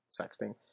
sexting